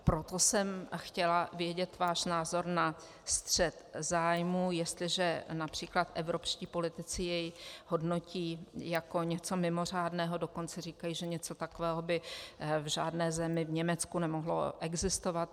Proto jsem chtěla vědět váš názor na střet zájmů, jestliže např. evropští politici jej hodnotí jako něco mimořádného, dokonce říkají, že něco takového by v žádné zemi v Německu nemohlo existovat.